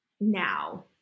now